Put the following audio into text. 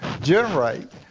generate